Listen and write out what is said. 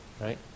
right